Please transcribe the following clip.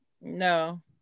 No